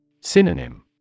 Synonym